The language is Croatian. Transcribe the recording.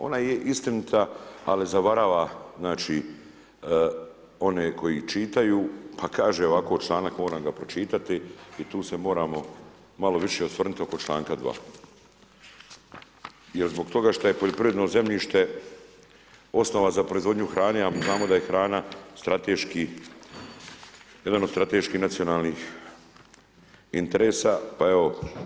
Ona je istinita ali zavarava one koji čitaju, pa kaže ovako članak moram ga pročitati i tu se malo više osvrnut oko članka 2. jer zbog toga što je poljoprivredno zemljište osnova za proizvodnju hrane, a znamo da je hrana strateški, jedan od strateških nacionalnih interesa pa evo.